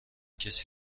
کسی